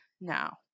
now